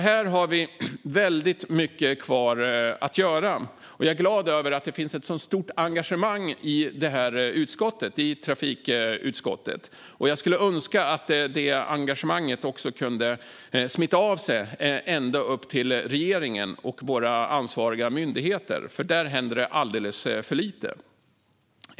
Här har vi alltså mycket kvar att göra. Jag är glad över att det finns ett så stort engagemang i trafikutskottet. Jag skulle önska att detta engagemang kunde smitta av sig ända upp till regeringen och våra ansvariga myndigheter, för där händer det alldeles för lite.